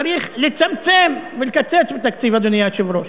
צריך לצמצם ולקצץ בתקציב, אדוני היושב-ראש.